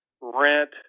rent